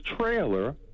trailer